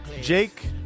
Jake